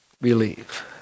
Believe